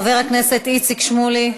חבר הכנסת איציק שמולי,